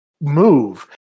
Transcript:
move